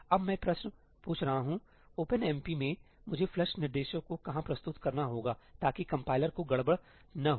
अब मैं प्रश्न पूछ रहा हूं ओपनएमपी में मुझे फ्लश निर्देशों को कहां प्रस्तुत करना होगा ताकि कंपाइलर को गड़बड़ न हो